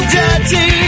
dirty